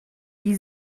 die